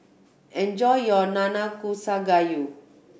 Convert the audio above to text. enjoy your Nanakusa Gayu